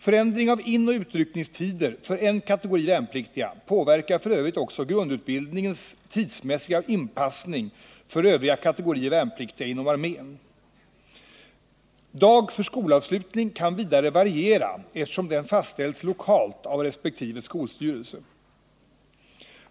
Förändring av inoch utryckningstider för en kategori värnpliktiga påverkar f. ö. också grundutbildningens tidsmässiga inpassning för övriga kategorier värnpliktiga inom armén. Dag för skolavslutning kan vidare variera eftersom den fastställs lokalt av resp. skolstyrelse.